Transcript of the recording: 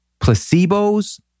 Placebos